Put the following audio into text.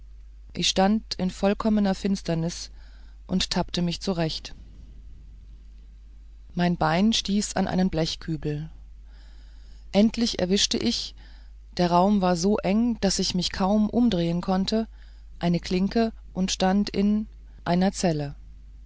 ich stand in vollkommener finsternis und tappte mich zurecht mein knie stieß an einen blechkübel endlich erwischte ich der raum war so eng daß ich mich kaum umdrehen konnte eine klinke und stand in einer zelle